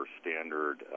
standard